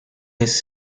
his